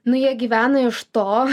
nu jie gyvena iš to